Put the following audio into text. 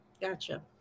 Gotcha